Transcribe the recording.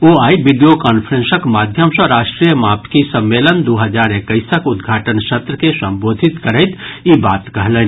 ओ आइ वीडियो कांफ्रेंसक माध्यम सँ राष्ट्रीय मापिकी सम्मेलन दू हजार एक्कैसक उद्घाटन सत्र के संबोधित करैत ई बात कहलनि